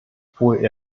obwohl